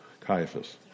Caiaphas